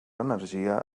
energia